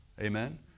Amen